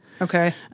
Okay